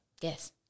Yes